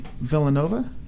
Villanova